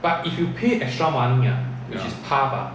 ya